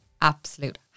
absolute